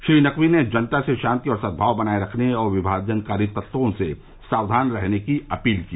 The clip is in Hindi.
श्री नकवी ने जनता से शांति और सद्भाव बनाए रखने और विभाजनकारी तत्वों से सावधान रहने की अपील की